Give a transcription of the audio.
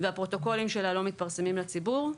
והפרוטוקולים שלה לא מתפרסמים לציבור.